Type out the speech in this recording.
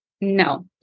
no